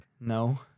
No